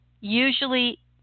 usually